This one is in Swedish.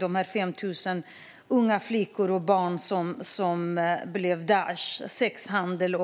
de 5 000 unga flickor och barn som blev offer för Daishs sexhandel.